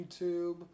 YouTube